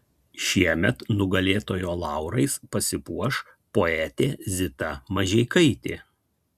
šiemet nugalėtojo laurais pasipuoš poetė zita mažeikaitė